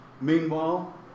Meanwhile